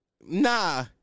nah